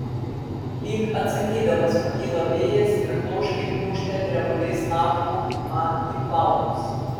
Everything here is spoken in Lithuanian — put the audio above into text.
lyg atsakydamas pakyla vėjas ir bloškia gniūžtę drebulės lapų man į plaukus